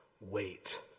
wait